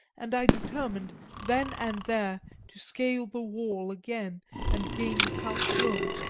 and i determined then and there to scale the wall again and gain the count's room.